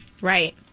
Right